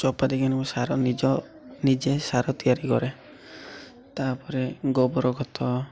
ଚୋପା କୁ ସାର ନିଜ ନିଜେ ସାର ତିଆରି କରେ ତା'ପରେ ଗୋବରଖତ